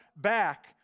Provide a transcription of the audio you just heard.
back